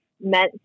meant